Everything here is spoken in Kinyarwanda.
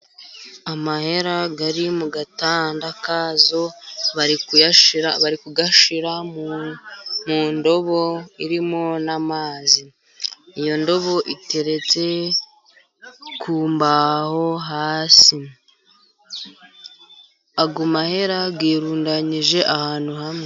Amahera ari mu gatandakazo bari kuyashyira mu ndobo irimo n'amazi , iyo ndobo iteretse kumbaho hasi ayo mahera yirundanyije ahantu hamwe.